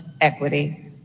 equity